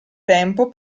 tempo